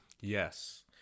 Yes